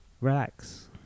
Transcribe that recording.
Relax